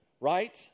right